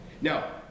now